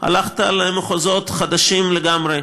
הלכת למחוזות חדשים לגמרי.